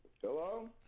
Hello